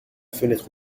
fenêtre